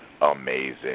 amazing